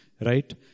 right